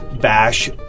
bash